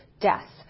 deaths